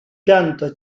pianta